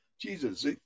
Jesus